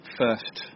first